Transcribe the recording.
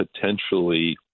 potentially